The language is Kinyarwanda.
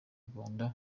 rwanda